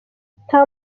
nta